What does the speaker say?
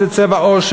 איזה צבע עור,